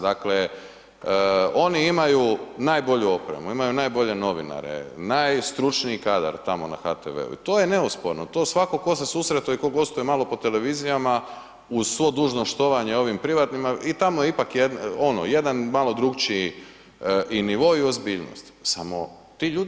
Dakle oni imaju najbolju opremu, imaju najbolje novinare, najstručniji kadar tamo na HTV-u i to je neosporno, to svako ko se susretao i ko gostuje malo po televizijama uz svo dužno štovanje ovim privatnima i tamo je ipak jedan malo drukčiji i nivo i ozbiljnost, samo ti ljudi